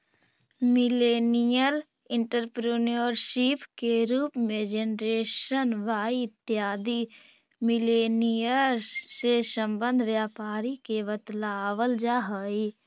millennial entrepreneurship के रूप में जेनरेशन वाई इत्यादि मिलेनियल्स् से संबंध व्यापारी के बतलावल जा हई